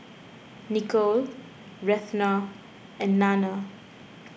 Nikole Retha and Nanna